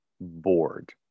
bored